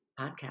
podcast